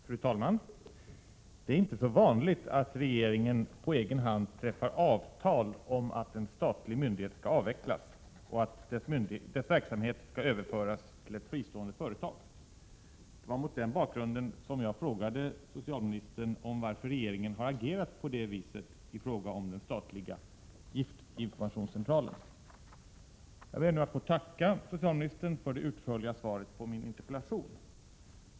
Fru talman! Det är inte så vanligt att regeringen på egen hand träffar avtal om att en statlig myndighet skall avvecklas och att dess verksamhet överföras till ett fristående företag. Det var mot den bakgrunden som jag frågade socialministern varför regeringen har agerat på det viset i fråga om den statliga giftinformationscentralen. Jag ber nu att få tacka socialministern för det utförliga svaret på min 15 interpellation.